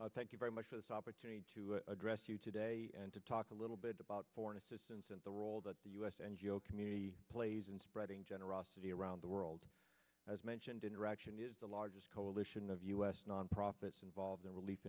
the thank you very much for this opportunity to address you today and to talk a little bit about foreign assistance and the role that the u s and geo community plays in spreading generosity around the world as mentioned interaction is the largest coalition of u s non profits involved in relief